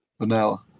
vanilla